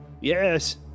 Yes